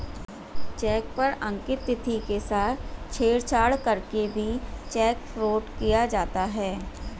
check पर अंकित तिथि के साथ छेड़छाड़ करके भी चेक फ्रॉड किया जाता है